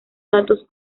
datos